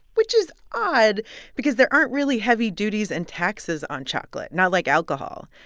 which is odd because there aren't really heavy duties and taxes on chocolate, not like alcohol.